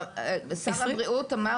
שר הבריאות אמר,